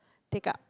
take up